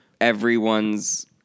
everyone's